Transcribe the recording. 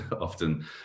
often